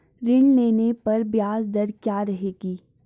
ऋण लेने पर ब्याज दर क्या रहेगी?